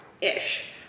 Ish